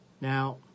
Now